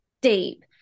deep